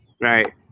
Right